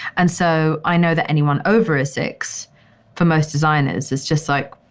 and so i know that anyone over six for most designers is just like,